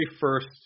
first